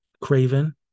Craven